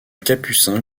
capucin